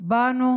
באנו